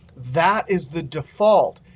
that is the default.